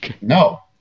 No